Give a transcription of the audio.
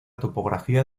topografía